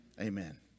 Amen